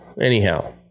anyhow